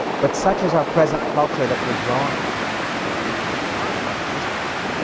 but such is our present culture that withdrawing can be confused with non-existence.